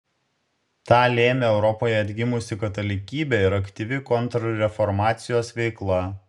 tą lėmė europoje atgimusi katalikybė ir aktyvi kontrreformacijos veikla